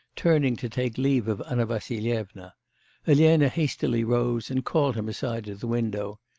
turning to take leave of anna vassilyevna elena hastily rose and called him aside to the window.